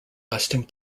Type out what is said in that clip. lasting